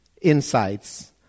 insights